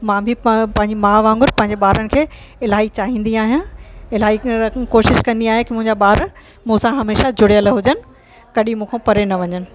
मां बि पंहिंजी माउ वांगुरु पंहिंजनि ॿारनि खे इलाही चाहींदी आहियां इलाही कोशिश कंदी आहियां कि मुंहिंजा ॿार मूं सां हमेशह जुड़ियल हुजनि कॾहिं मूंखां परे न वञनि